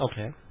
Okay